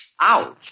Ouch